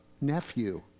nephew